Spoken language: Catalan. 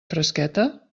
fresqueta